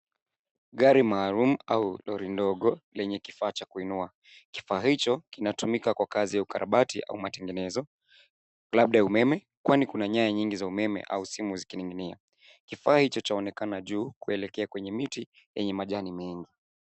Gari maalum au lori ndogo lenye kifaa cha kuinua. Kifaa hicho kinatumika kwa kazi ya ukarabati, au matengenezo labda ya umeme, kwani kuna nyaya nyingi za umeme au simu zikininginia .Kifaa hicho chaonekana juu, kuelekea kwenye miti yenye majani mengi.